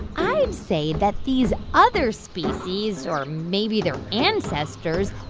i'd say that these other species, or maybe their ancestors,